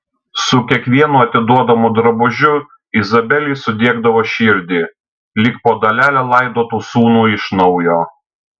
su kiekvienu atiduodamu drabužiu izabelei sudiegdavo širdį lyg po dalelę laidotų sūnų iš naujo